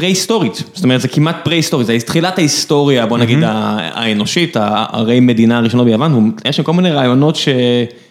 פרה היסטורית, זאת אומרת זה כמעט פרה היסטורית, זה תחילת ההיסטוריה, בוא נגיד האנושית, הרי מדינה הראשונה ביוון, יש שם כל מיני רעיונות ש...